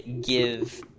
give